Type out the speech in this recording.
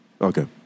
Okay